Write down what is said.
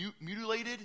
mutilated